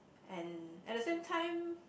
and at the same time